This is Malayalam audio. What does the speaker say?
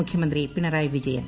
മുഖ്യമന്ത്രി പിണറായി വിജയൻ